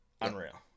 Unreal